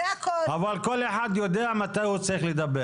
אבל כל אחד יודע מתי הוא צריך לדבר.